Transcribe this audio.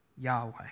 Yahweh